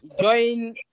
join